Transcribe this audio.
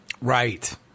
Right